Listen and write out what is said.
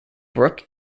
brook